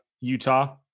Utah